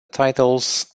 titles